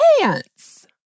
Pants